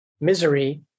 misery